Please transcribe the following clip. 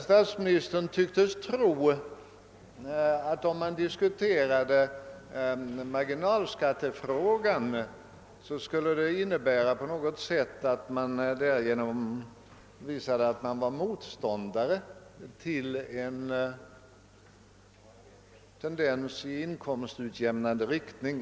Statsministern tycktes tro att, den som diskuterar marginalskattefrågan, därigenom visar att man är motståndare till en tendens inom skattepolitiken i inkomstutjämnande riktning.